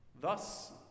thus